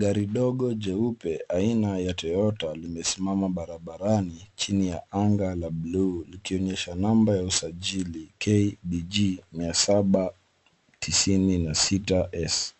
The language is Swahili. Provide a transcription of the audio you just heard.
Gari ndogo jeupe aina ya Toyota limesimama barabara chini ya anga la blue likionyesha namba ya usajili KDG 799S.